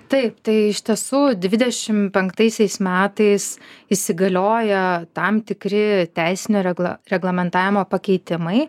taip tai iš tiesų dvidešim penktaisiais metais įsigalioja tam tikri teisinio regla reglamentavimo pakeitimai